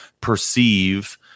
perceive